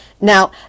Now